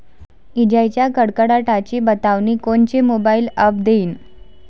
इजाइच्या कडकडाटाची बतावनी कोनचे मोबाईल ॲप देईन?